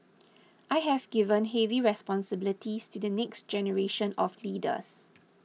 I have given heavy responsibilities to the next generation of leaders